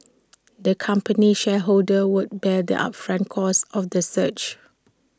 the company's shareholders would bear the upfront costs of the search